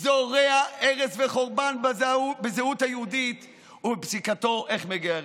זורע הרס וחורבן בזהות היהודית בפסיקתו איך מגיירים.